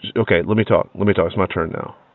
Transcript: so ok, let me talk. let me talk. it's my turn now